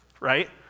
right